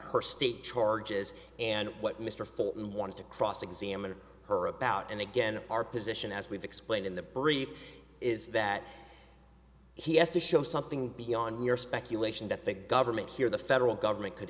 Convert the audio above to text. her state charges and what mr fulton wanted to cross examine her about and again our position as we've explained in the brief is that he has to show something beyond mere speculation that the government here the federal government could